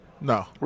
No